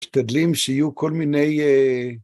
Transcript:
משתדלים שיהיו כל מיני אה...